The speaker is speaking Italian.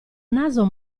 naso